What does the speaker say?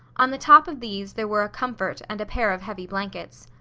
on the top of these there were a comfort and a pair of heavy blankets.